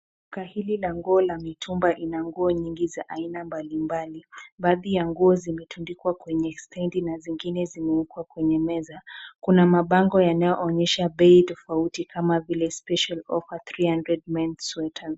Kahidi la nguo ya mitamba ina nguo nyingi za aina mbalimbali. Baadhi ya nguo zimetundikwa kwenye stendi na zingine zimewekwa kwenye meza. Kuna mabango yanayoonyesha bei tofauti kama vile Special offer 300 men's sweaters .